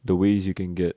the ways you can get